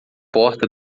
porta